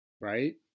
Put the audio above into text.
right